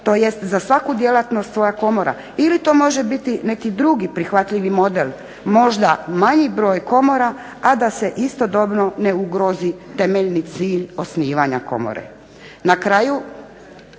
tj. za svaku djelatnost svoja komora, ili to može biti neki drugi prihvatljivi model, možda manji broj komora, a da se istodobno ne ugrozi temeljni cilj osnivanja komore.